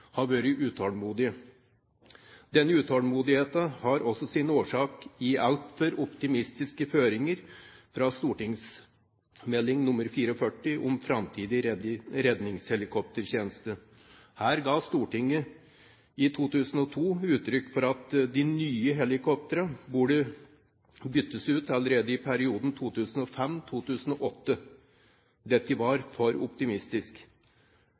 har vært utålmodige. Denne utålmodigheten har også sin årsak i altfor optimistiske føringer i St.meld. nr. 44 for 2000–2001 om redningshelikoptertjenesten i framtiden. Stortinget ga i 2002 uttrykk for at de nye helikoptrene burde byttes ut allerede i perioden 2005–2008. Dette var for optimistisk.